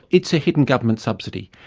it's a hidden government subsidy.